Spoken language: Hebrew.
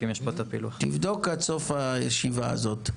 תבדוק עד סוף הישיבה הזו.